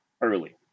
early